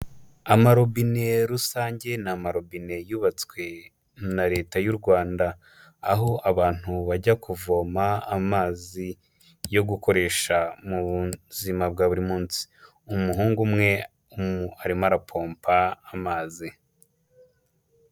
Amarobine rusange ni amarobine yubatswe na Leta y'u Rwanda, aho abantu bajya kuvoma amazi yo gukoresha mu buzima bwa buri munsi, umuhungu umwe arimo arapompa amazi.